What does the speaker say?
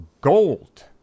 gold